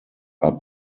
are